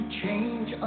change